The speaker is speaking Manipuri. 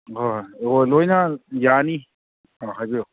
ꯍꯣꯏ ꯍꯣꯏ ꯍꯣꯏ ꯂꯣꯏꯅ ꯌꯥꯅꯤ ꯑꯥ ꯍꯥꯏꯕꯤꯌꯨ